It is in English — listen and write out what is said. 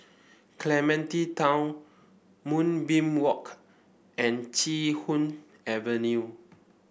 Clementi Town Moonbeam Walk and Chee Hoon Avenue